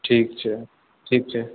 ठीक छै ठीक छै